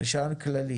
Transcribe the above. רישיון כללי.